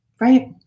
right